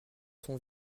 sont